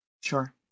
Sure